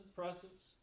presence